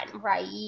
right